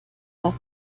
was